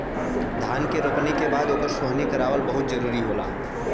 धान के रोपनी के बाद ओकर सोहनी करावल बहुते जरुरी होला